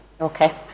Okay